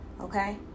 okay